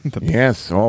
Yes